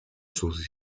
sus